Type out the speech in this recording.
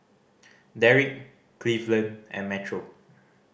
Derrick Cleveland and Metro